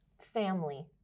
family